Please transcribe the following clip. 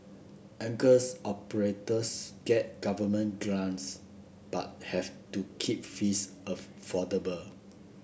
anchors operators get government grants but have to keep fees affordable